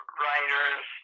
writers